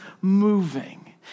moving